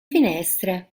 finestre